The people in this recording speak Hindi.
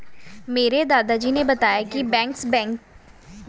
मेरे दादाजी ने बताया की बैंकर्स बैंक की शुरुआत भारत में अंग्रेज़ो के ज़माने में की थी